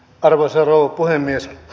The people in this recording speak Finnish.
arvoisa rouva puhemies